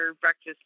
breakfast